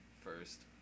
first